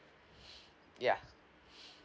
ya